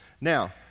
Now